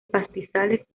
pastizales